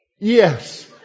Yes